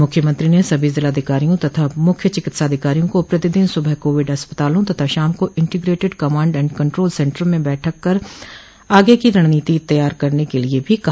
उन्होंने सभी जिलाधिकारियों तथा मुख्य चिकित्साधिकारियों को प्रतिदिन सुबह कोविड अस्पतालों तथा शाम को integrated command and control centre में बैठक कर आगे की रणनीति तय करने के लिए भी कहा